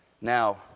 Now